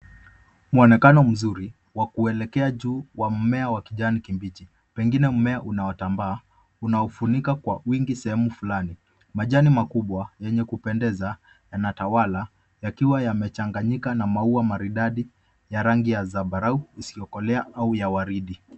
Mwonwkano mzuri wa kuelekea juu wa mmea wa kijani kibichi pengine mmea unaotambaa unaofunika kwa wingi sehemu fulani. Majani makubwa yenye kupendeza yanatawala yakiwa yamechanganyika na maua maridadi ya rangi ya zambarau isiokolea au ya waridi.